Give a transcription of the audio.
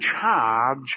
charge